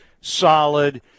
solid